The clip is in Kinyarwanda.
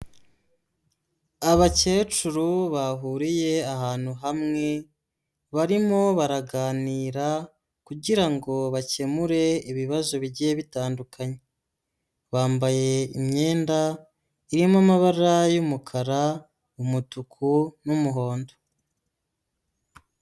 Abakecuru bahuriye ahantu hamwe, barimo baraganira kugira ngo bakemure ibibazo bigiye bitandukanye, bambaye imyenda irimo amabara y'umukara, umutuku n'umuhondo.